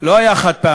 לא היה חד-פעמי,